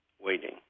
waiting